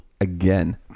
again